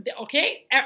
okay